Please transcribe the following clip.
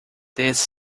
this